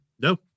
no